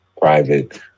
private